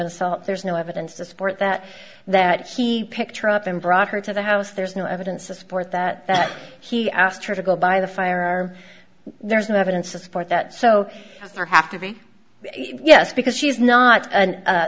assault there's no evidence to support that that he picked her up and brought her to the house there's no evidence to support that that he asked her to go buy the fire there's no evidence to support that so far have to be yes because she's not a